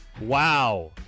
Wow